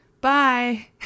bye